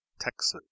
Texas